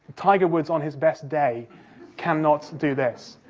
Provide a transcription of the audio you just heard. tiger woods on his best day cannot do this.